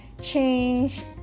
change